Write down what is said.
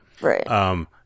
right